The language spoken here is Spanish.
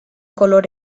color